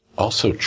also,